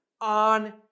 on